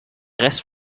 rest